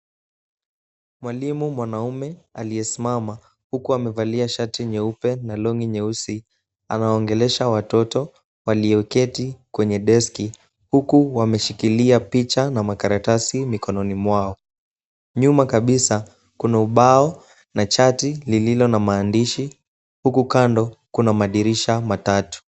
Mwalimu mwanaume aliyesimama, huku amevalia shati nyeupe na long'i nyeusi anaongelesha watoto walioketi kwenye deski, huku wameshikilia picha na makaratasi mikononi mwao. Nyuma kabisa kuna ubao na chati lililo na maandishi. Huku kando kuna madirisha matatu.